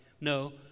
No